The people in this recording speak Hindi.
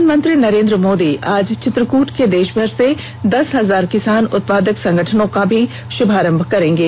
प्रधानमंत्री नरेन्द्र मोदी आज चित्रकूट से देशभर के दस हजार किसान उत्पादक संगठनों का भी शुभारंभ करेंगे